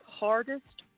hardest